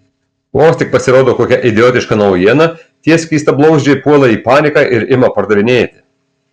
vos tik pasirodo kokia idiotiška naujiena tie skystablauzdžiai puola į paniką ir ima pardavinėti